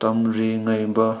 ꯇꯝꯔꯤꯉꯩꯕ